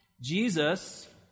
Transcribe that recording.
Jesus